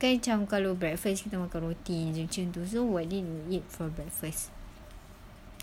kan macam kalau breakfast kita makan roti jer macam tu so what did you eat for breakfast